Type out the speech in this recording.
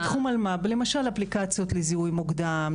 למשל אפליקציות לזיהוי מוקדם,